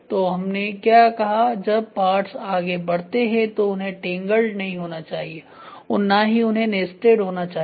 तो हमने क्या कहा जब पार्ट्स आगे बढ़ते हैं तो उन्हें टेंगल्ड नहीं होना चाहिए और ना ही उन्हें नेस्टेड होना चाहिए